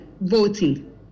voting